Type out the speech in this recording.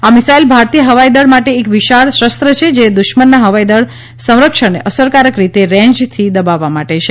આ મિસાઇલ ભારતીય હવાઈદળ માટે એક વિશાળ શસ્ત્ર છે જે દુશ્મનના હવાઈ સંરક્ષણને અસરકારક રીતે રેન્જથી દબાવવા માટે છે